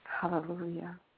Hallelujah